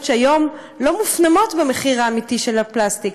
שהיום לא מופנמות במחיר האמיתי של הפלסטיק,